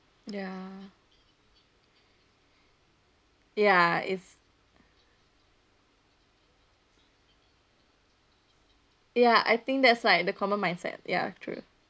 ya ya is ya I think that's like the common mindset ya true